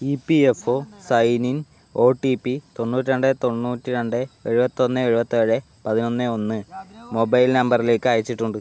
E P F O sign in O T P തൊണ്ണൂറ്റി രണ്ട് തൊണ്ണൂറ്റി രണ്ട് എഴുപത്തൊന്ന് എഴുപത്തേഴ് പതിനൊന്ന് ഒന്ന് മൊബൈൽ നമ്പറിലേക്ക് അയച്ചിട്ടുണ്ട്